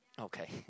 Okay